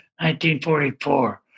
1944